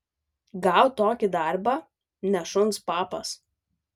gaut tokį darbą ne šuns papas